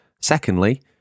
Secondly